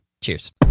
Cheers